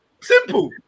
simple